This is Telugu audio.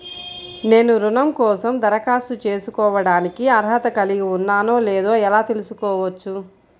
నేను రుణం కోసం దరఖాస్తు చేసుకోవడానికి అర్హత కలిగి ఉన్నానో లేదో ఎలా తెలుసుకోవచ్చు?